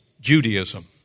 Judaism